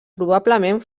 probablement